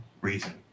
reason